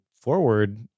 forward